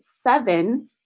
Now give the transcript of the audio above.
seven